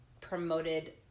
promoted